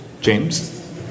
James